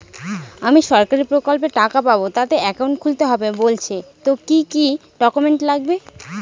আমি সরকারি প্রকল্পের টাকা পাবো তাতে একাউন্ট খুলতে হবে বলছে তো কি কী ডকুমেন্ট লাগবে?